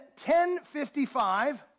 1055